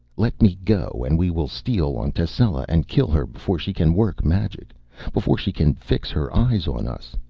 let me go, and we will steal on tascela and kill her before she can work magic before she can fix her eyes on us.